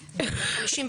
המשפטים.